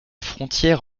frontière